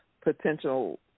potential